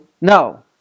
No